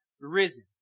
risen